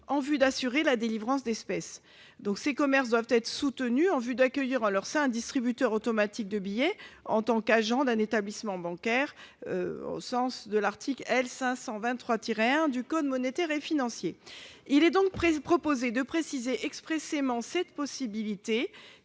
en vue d'assurer la délivrance d'espèces. Ces commerces doivent être soutenus en vue d'accueillir en leur sein un distributeur automatique de billets en tant qu'agents d'un établissement bancaire au sens de l'article L. 523-1 du code monétaire et financier. Il est donc proposé de préciser expressément cette possibilité